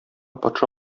патша